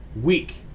week